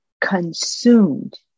consumed